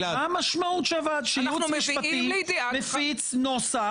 ההערות --- ההערות שהיא מפיצה,